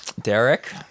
Derek